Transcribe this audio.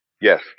Yes